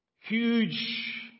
huge